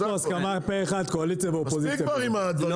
זה הכל.